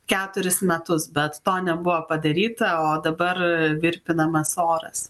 keturis metus bet to nebuvo padaryta o dabar virpinamas oras